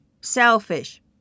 Selfish